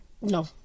No